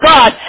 God